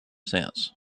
sense